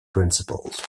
principles